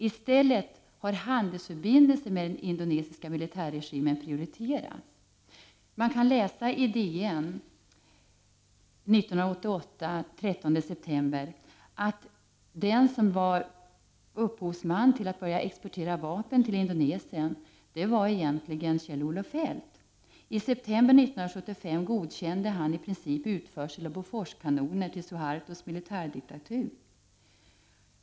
I stället har handelsförbindelser med den indonesiska militärregimen prioriterats. I DN den 13 september 1988 kunde man läsa att den som egentligen var upphovsmannen till exporten av vapen till Indonesien var Kjell-Olof Feldt. I september 1975 godkände han i princip utförsel av Boforskanoner till Suhartos militärdiktatur.